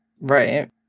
Right